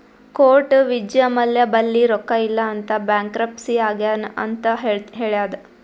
court Vijay Mallya ಬಲ್ಲಿ ರೊಕ್ಕಾ ಇಲ್ಲ ಅಂತ ಬ್ಯಾಂಕ್ರಪ್ಸಿ ಆಗ್ಯಾನ್ ಅಂತ್ ಹೇಳ್ಯಾದ್